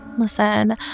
Listen